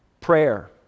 Prayer